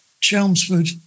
Chelmsford